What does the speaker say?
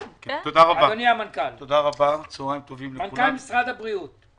תודה רבה, צוהריים טובים לכולם.